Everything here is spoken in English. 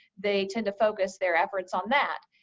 they tend to focus their efforts on that.